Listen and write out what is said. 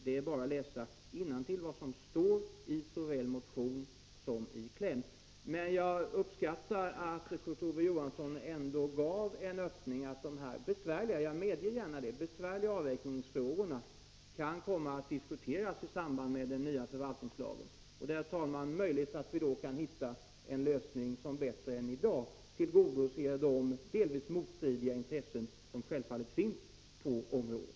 Det är bara att läsa innantill vad som står i motionen. Men jag uppskattar att Kurt Ove Johansson ändå gav en öppning. De här besvärliga — jag medger gärna det — avvägningsfrågorna måste diskuteras i samband med den nya förvaltningslagen. Det är möjligt att vi då kan hitta en lösning som bättre än i dag tillgodoser de delvis motstridiga intressen som finns på området.